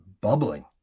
bubbling